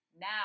now